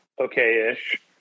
okay-ish